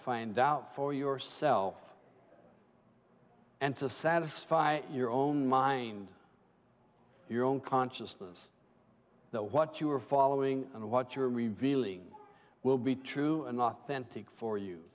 find out for yourself and to satisfy your own mind your own consciousness that what you are following and what you are revealing will be true and authentic for you